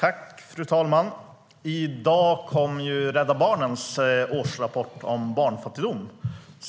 Fru talman! I dag kom Rädda Barnens årsrapport om barnfattigdom.